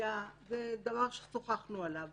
בעיה זה דבר ששוחחנו עליו